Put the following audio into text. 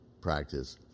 practice